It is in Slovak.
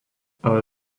ale